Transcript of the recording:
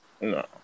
No